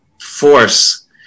force